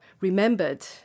remembered